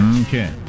Okay